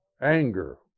anger